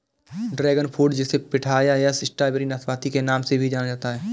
dragon fruit जिसे pitaya या strawberry नाशपाती के नाम से भी जाना जाता है